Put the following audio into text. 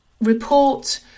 report